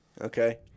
Okay